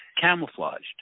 camouflaged